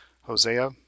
hosea